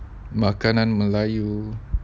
makanan melayu